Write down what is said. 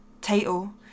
title